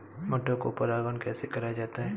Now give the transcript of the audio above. मटर को परागण कैसे कराया जाता है?